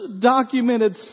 documented